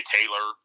Taylor